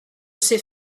sais